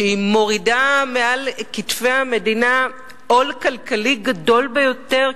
שהיא מורידה מעל כתפי המדינה עול כלכלי גדול ביותר,